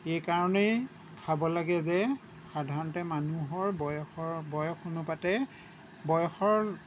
এই কাৰণেই খাব লাগে যে সাধাৰণতে মানুহৰ বয়সৰ বয়স অনুপাতে বয়সৰ